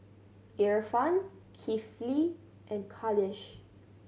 Irfan Kifli and Khalish